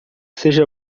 seja